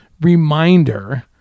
reminder